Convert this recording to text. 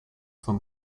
vom